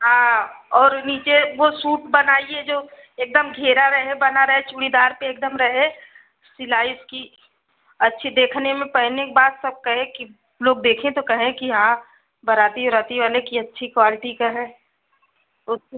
हाँ और नीचे वो सूट बनाइए जो एकदम घेरा रहे बना रहे चूड़ीदार पर एकदम रहे सिलाई कि अच्छी देखने में पहनने के बाद सब कहे कि लोग देखें तो कहें कि हाँ बाराती ओराती वाले कि अच्छी क्वालिटी का है उस